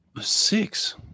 Six